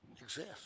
exist